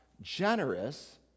generous